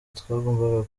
twagombaga